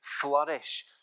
flourish